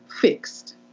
fixed